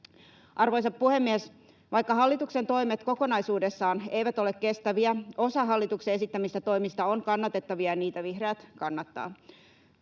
Arvoisa puhemies! Vaikka hallituksen toimet kokonaisuudessaan eivät ole kestäviä, osa hallituksen esittämistä toimista on kannatettavia, ja niitä vihreät kannattavat.